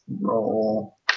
roll